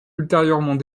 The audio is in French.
ultérieurement